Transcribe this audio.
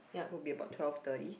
will be able twelve thirty